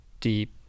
deep